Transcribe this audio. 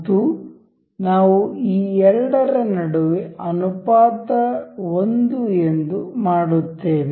ಮತ್ತು ನಾವು ಈ ಎರಡರ ನಡುವೆ ಅನುಪಾತವನ್ನು ಒಂದು ಎಂದು ಮಾಡುತ್ತೇವೆ